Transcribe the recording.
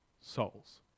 souls